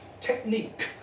technique